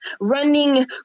running